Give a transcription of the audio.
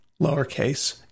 lowercase